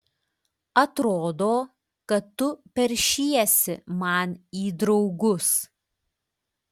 atrodo kad tu peršiesi man į draugus